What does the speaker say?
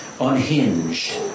unhinged